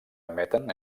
emeten